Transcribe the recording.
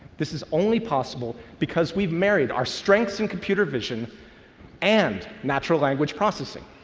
this is only possible because we've married our strengths in computer vision and natural language processing.